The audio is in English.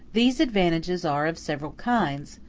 these advantages are of several kinds,